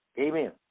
Amen